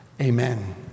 amen